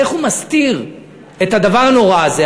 איך הוא מסתיר את הדבר הנורא הזה?